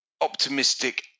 optimistic